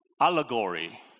allegory